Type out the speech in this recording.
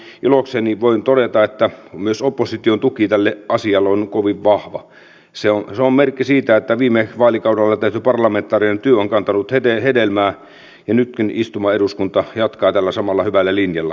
nyt haluaisin varmistaa onko todellakin niin että esimerkiksi rahoitusvero ja sen mahdolliset tuotot on ihan oikeasti voitu varmistaa eduskunnan tietopalvelussa vai onko se jotain sellaista tietoa mikä nyt sitten tuli vasemmasta hihasta keskustelun tuoksinassa ja oli sitten ehkä hieman virheellinen tieto siis tämä tarkistamistieto ja sen rahoitusveron oletettu tuotto